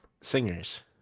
Singers